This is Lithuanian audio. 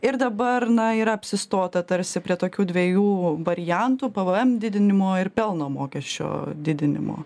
ir dabar na yra apsistota tarsi prie tokių dviejų variantų pvm didinimo ir pelno mokesčio didinimo